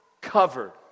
covered